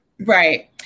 Right